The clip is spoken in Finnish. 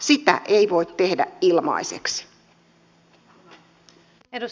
sitä ei voi tehdä ilmaiseksi